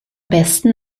besten